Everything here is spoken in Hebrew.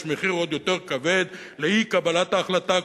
מחיר עוד יותר כבד לאי-קבלת ההחלטה.